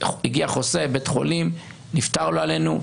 הגיע חוסה לבית חולים, נפטר, לא עלינו.